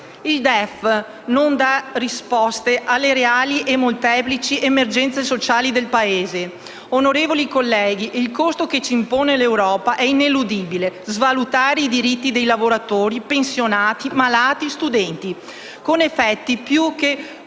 Il DEF non dà risposte alle reali e molteplici emergenze sociali del Paese. Onorevoli colleghi, il costo che ci impone l'Europa è ineludibile: svalutare i diritti di lavoratori, pensionati, malati e studenti, con effetti più che